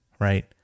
Right